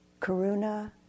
Karuna